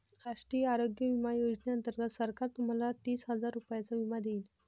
राष्ट्रीय आरोग्य विमा योजनेअंतर्गत सरकार तुम्हाला तीस हजार रुपयांचा विमा देईल